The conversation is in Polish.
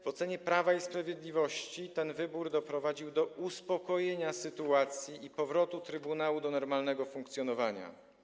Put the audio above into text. W ocenie Prawa i Sprawiedliwości ten wybór doprowadził do uspokojenia sytuacji i powrotu trybunału do normalnego funkcjonowania.